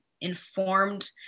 informed